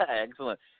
Excellent